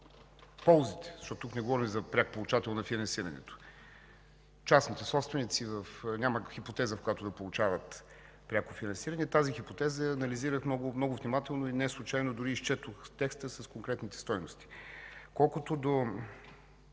ползите, защото тук не говорим за пряк получател на финансирането. Частните собственици – няма хипотеза, в която да получават пряко финансиране. Тази хипотеза я анализирах много внимателно. Неслучайно дори изчетох текста с конкретните стойности. Колкото до